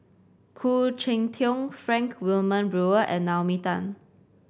Khoo Cheng Tiong Frank Wilmin Brewer and Naomi Tan